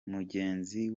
mugenzi